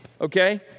Okay